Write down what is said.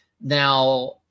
Now